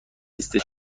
لیست